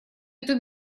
эту